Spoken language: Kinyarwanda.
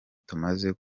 tumaze